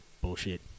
bullshit